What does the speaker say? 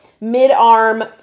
mid-arm